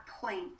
point